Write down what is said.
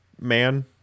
man